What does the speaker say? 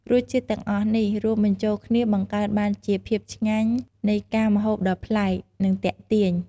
រសជាតិទាំងអស់នេះ រួមបញ្ចូលគ្នាបង្កើតបានជាភាពឆ្ញាញ់នៃការម្ហូបដ៏ប្លែក និងទាក់ទាញ។